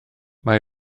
mae